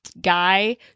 guy